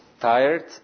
tired